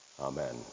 Amen